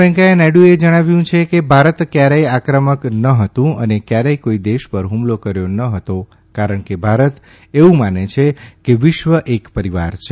વૈકેયાહ નાયડુએ જણાવ્યું છે કે ભારત ક્યારેક આક્રમક ન હતું અને ક્યારેય કોઇ દેશ પર હ્મલો કર્યો ન હતો કારણ કે ભારત એવું માને છે કે વિશ્વ એક પરિવાર છે